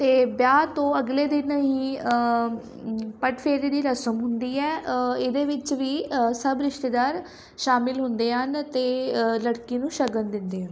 ਅਤੇ ਵਿਆਹ ਤੋਂ ਅਗਲੇ ਦਿਨ ਹੀ ਪਗ ਫੇਰੇ ਦੀ ਰਸਮ ਹੁੰਦੀ ਹੈ ਇਹਦੇ ਵਿੱਚ ਵੀ ਸਭ ਰਿਸ਼ਤੇਦਾਰ ਸ਼ਾਮਿਲ ਹੁੰਦੇ ਹਨ ਅਤੇ ਲੜਕੀ ਨੂੰ ਸ਼ਗਨ ਦਿੰਦੇ ਹਨ